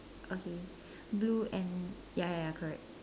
okay blue and ya ya ya correct